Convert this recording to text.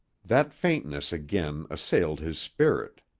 that faintness again assailed his spirit.